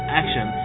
action